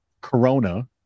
corona